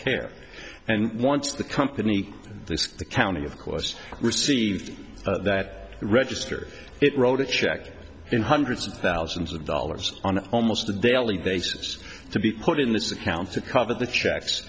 care and once the company the county of course received that register it wrote a check in hundreds of thousands of dollars on almost a daily basis to be put in this account to cover the checks